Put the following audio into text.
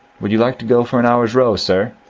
would you like to go for an hour's row, sir?